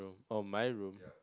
on my room